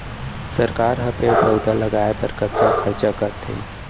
सरकार ह पेड़ पउधा लगाय बर कतका खरचा करथे